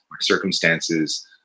circumstances